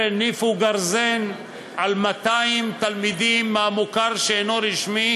הניפו גרזן על 200,000 תלמידים מהמוכר שאינו רשמי